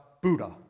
Buddha